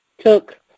took